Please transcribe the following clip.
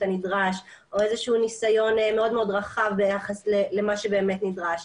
הנדרש או ניסיון רחב מאוד ביחס למה שבאמת נדרש.